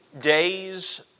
days